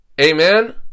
Amen